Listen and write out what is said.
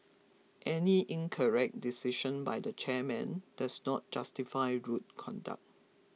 any incorrect decision by the chairman does not justify rude conduct